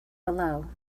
below